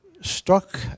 struck